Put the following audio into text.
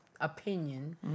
opinion